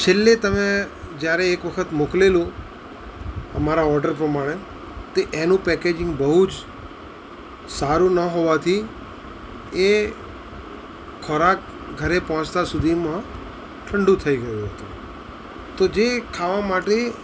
છેલ્લે તમે જ્યારે એક વખત મોકલેલું અમારા ઓર્ડર પ્રમાણે તે એનું પેકેજીંગ બહુ જ સારું ન હોવાથી એ ખોરાક ઘરે પહોંચતા સુધીમાં ઠંડુ થઈ ગયું હતું તો જે ખાવા માટે